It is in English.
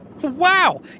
Wow